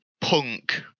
punk